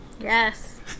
Yes